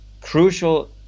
crucial